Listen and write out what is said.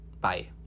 bye